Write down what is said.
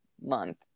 month